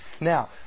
now